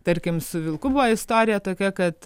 tarkim su vilku buvo istorija tokia kad